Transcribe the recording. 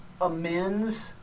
amends